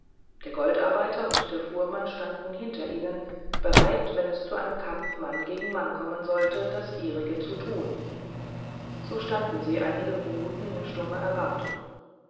der goldarbeiter und der fuhrmann standen hinter ihnen bereit wenn es zu einem kampf mann gegen mann kommen sollte das ihrige zu tun so standen sie einige minuten in stummer erwartung